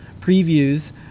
previews